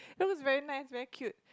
that looks very nice very cute